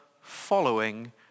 following